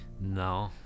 No